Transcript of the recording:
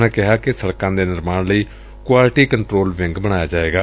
ਉਨ੍ਹਾਂ ਕਿਹਾ ਕਿੇ ਸਤਕਾਂ ਦੇ ਨਿਰਮਾਣ ਲਈ ਕੁਆਲਟੀ ਕੰਟਰੋਲ ਵਿੰਗ ਬਣਾਇਆ ਜਾਏਗਾ